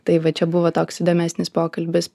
tai va čia buvo toks įdomesnis pokalbis